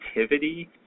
activity